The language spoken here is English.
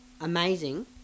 amazing